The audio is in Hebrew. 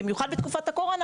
במיוחד בתקופת הקורונה,